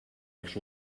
els